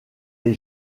est